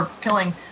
killing